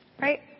Right